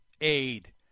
aid